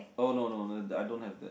oh no no that I don't have that